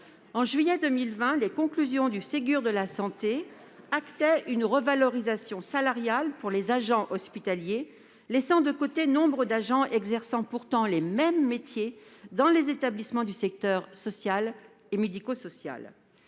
En juillet 2020, les conclusions du Ségur de la santé actaient une revalorisation salariale pour les agents hospitaliers, laissant de côté nombre d'agents exerçant pourtant les mêmes métiers dans les établissements du secteur social et médico-social.